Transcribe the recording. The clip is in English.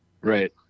Right